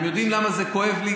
אתם יודעים למה זה כואב לי?